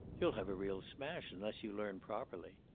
you'll have a real smash unless you learn properly.